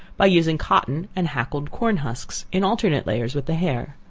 by using cotton and hackled corn husks, in alternate layers with the hair.